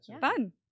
Fun